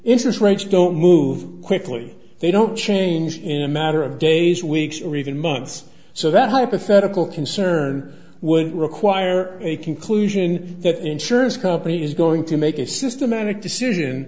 interest rates don't move quickly they don't change in a matter of days weeks or even months so that hypothetical concern would require a conclusion that an insurance company is going to make a systematic decision